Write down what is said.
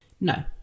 No